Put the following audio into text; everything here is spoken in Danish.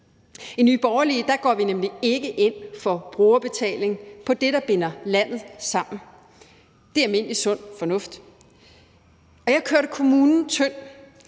I Nye Borgerlige går vi nemlig ikke ind for brugerbetaling på det, der binder landet sammen. Det er almindelig sund fornuft. Jeg kørte kommune tynd.